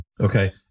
Okay